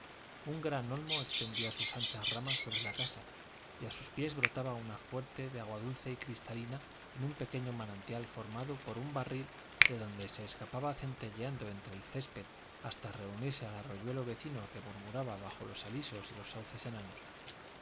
un gran olmo extendía sus anchas ramas sobre la casa y a sus pies brotaba una fuente de agua dulce y cristalina en un pequeño manantial formado por un barril de donde se escapaba centelleando entre el césped hasta reunirse al arroyuelo vecino que murmuraba bajo los alisos y los sauces enanos